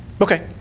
Okay